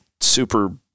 super